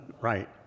right